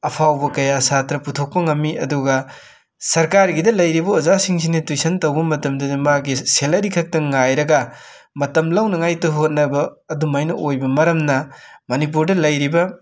ꯑꯐꯥꯎꯕ ꯀꯌꯥ ꯁꯥꯇ꯭ꯔ ꯄꯨꯊꯣꯛꯄ ꯉꯝꯃꯤ ꯑꯗꯨꯒꯥ ꯁꯔꯀꯥꯔꯒꯤꯗ ꯂꯩꯔꯤꯕ ꯑꯣꯖꯥꯁꯤꯡꯁꯤꯅ ꯇꯨꯏꯁꯟ ꯇꯧꯕ ꯃꯇꯝꯗꯨꯗ ꯃꯥꯒꯤ ꯁꯦꯂꯔꯤ ꯈꯛꯇꯪ ꯉꯥꯏꯔꯒ ꯃꯇꯝ ꯂꯧꯅꯉꯥꯏꯇ ꯍꯣꯠꯅꯕ ꯑꯗꯨꯃꯥꯏꯅ ꯑꯣꯏꯕ ꯃꯔꯝꯅ ꯃꯅꯤꯄꯨꯔꯗ ꯂꯩꯔꯤꯕ